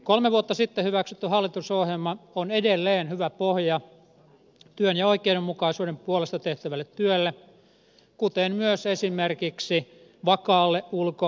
kolme vuotta sitten hyväksytty hallitusohjelma on edelleen hyvä pohja työn ja oikeudenmukaisuuden puolesta tehtävälle työlle kuten myös esimerkiksi vakaalle ulko ja turvallisuuspolitiikalle